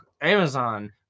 Amazon